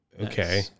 Okay